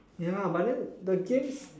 ya but then the games